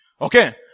okay